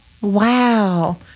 Wow